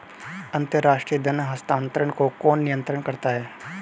अंतर्राष्ट्रीय धन हस्तांतरण को कौन नियंत्रित करता है?